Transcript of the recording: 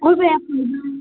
गजाया थाइबा